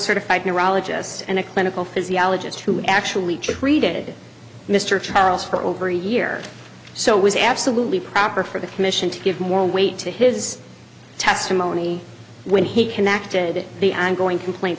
certified neurologist and a clinical physiologist who actually treated mr charles for over a year so it was absolutely proper for the commission to give more weight to his testimony when he connected the ongoing complaint